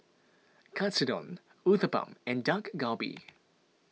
Katsudon Uthapam and Dak Galbi